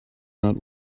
not